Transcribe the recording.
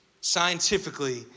scientifically